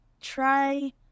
try